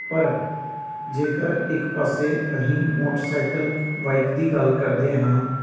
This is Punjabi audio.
ਪਰ ਜੇਕਰ ਇੱਕ ਪਾਸੇ ਅਸੀਂ ਮੋਟਰਸਾਈਕਲ ਬਾਈਕ ਦੀ ਗੱਲ ਕਰਦੇ ਹਾਂ